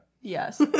Yes